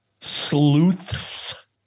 sleuths